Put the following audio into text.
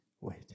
wait